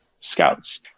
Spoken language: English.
scouts